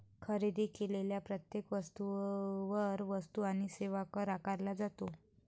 खरेदी केलेल्या प्रत्येक वस्तूवर वस्तू आणि सेवा कर आकारला जातो